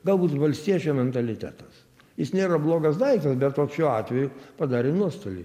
galbūt valstiečio mentalitetas jis nėra blogas daiktas bet ot šiuo atveju padarė nuostolį